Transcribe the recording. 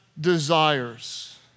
desires